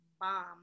bomb